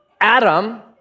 Adam